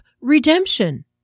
redemption